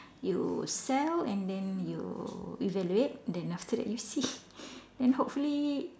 you sell and then you evaluate then after that you see then hopefully